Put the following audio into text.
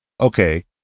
okay